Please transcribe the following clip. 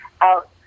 out